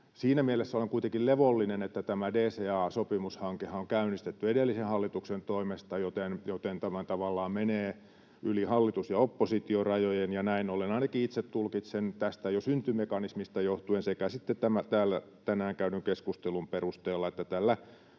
Siinä mielessä olen kuitenkin levollinen, että tämä DCA-sopimushankehan on käynnistetty edellisen hallituksen toimesta, joten tämä tavallaan menee yli hallitus- ja oppositiorajojen, ja näin ollen ainakin itse tulkitsen jo tästä syntymekanismista johtuen sekä sitten tämän täällä tänään käydyn keskustelun perusteella, että tällä